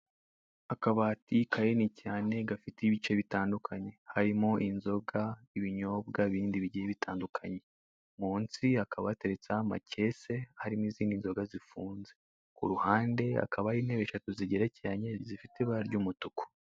Akabati kanini cyane gafite ibice bitandukanye. Harimo inzoga, ibinyobwa bindi bigiye bitandukanye. Munsi hakaba gateretsemo amakese, harimo izindi nzoga zifunze. Ku ruhande hakaba hari intebe eshatu zigerekeranye, zifite ibara ry'umutuku.